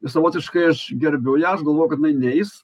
savotiškai aš gerbiu ją aš galvojau kad jinai neis